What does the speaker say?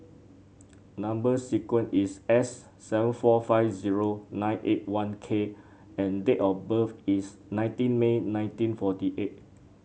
number sequence is S seven four five zero nine eight one K and date of birth is nineteen May nineteen forty eight